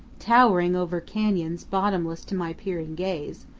towering over canyons bottomless to my peering gaze,